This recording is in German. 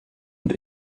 und